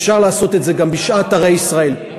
אפשר לעשות את זה גם בשאר ערי ישראל.